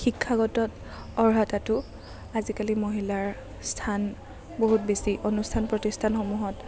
শিক্ষাগত অৰ্হতাটো আজিকালি মহিলাৰ স্থান বহুত বেছি অনুষ্ঠান প্ৰতিষ্ঠানসমূহত